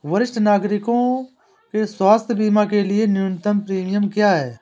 वरिष्ठ नागरिकों के स्वास्थ्य बीमा के लिए न्यूनतम प्रीमियम क्या है?